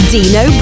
Dino